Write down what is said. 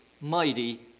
mighty